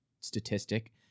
statistic